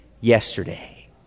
yesterday